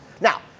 Now